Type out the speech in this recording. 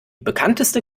bekannteste